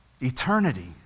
Eternity